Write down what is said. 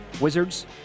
Wizards